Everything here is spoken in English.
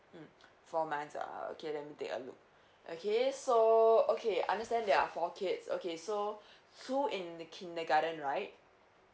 mm four months uh okay let me take a look okay so okay I understand there're four kids okay so so in the kindergarten right